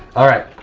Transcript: alright,